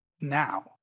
now